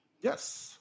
Yes